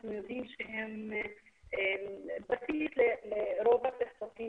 אנחנו יודעים שהם בסיס לרוב הסכסוכים